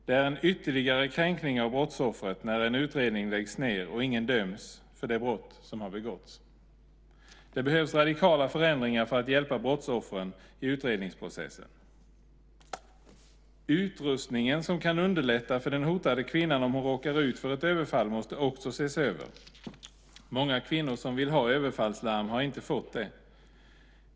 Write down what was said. Det är en ytterligare kränkning av brottsoffret när en utredning läggs ned och ingen döms för det brott som begåtts. Det behövs radikala förändringar för att hjälpa brottsoffren i utredningsprocessen. Utrustningen som kan underlätta för den hotade kvinnan om hon råkar ut för ett överfall måste också ses över. Många kvinnor som vill ha överfallslarm har inte fått det.